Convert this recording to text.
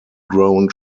grown